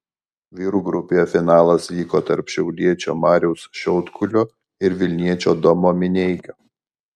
vyrų grupėje finalas vyko tarp šiauliečio mariaus šiaudkulio ir vilniečio domo mineikio